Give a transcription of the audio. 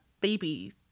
babies